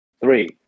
Three